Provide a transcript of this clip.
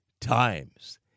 times